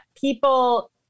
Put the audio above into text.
people